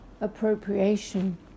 appropriation